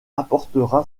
apportera